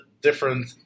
different